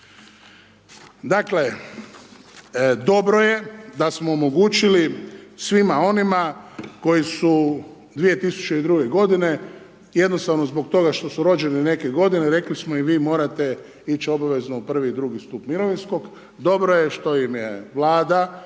Dakle, dobro je da smo omogućili svima onima koji su 2002. godine, jednostavno zbog toga što su rođeni neke godine, rekli smo i vi morate ići obavezno u prvi i drugi stup mirovinskog, dobro je što ime je Vlada